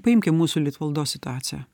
paimkim mūsų litvaldos situaciją